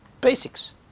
basics